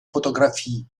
fotografie